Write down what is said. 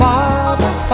Father